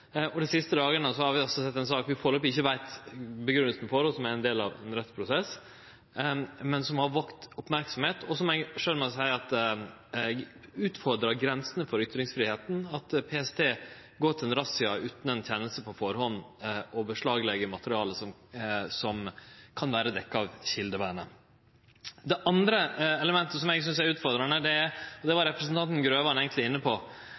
Og dei siste dagane har vi altså sett ei sak vi førebels ikkje veit grunngjevinga for, og som er ein del av ein rettsprosess, men som har vekt merksemd, og som eg sjølv må seie utfordrar grensene for ytringsfridomen, at PST går til ein razzia utan ei rettsavgjering på førehand, og beslaglegg materiale som kan vere dekt av kjeldevernet. Det andre elementet som eg synest er utfordrande – det var representanten Grøvan inne på